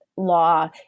law